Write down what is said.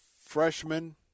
freshman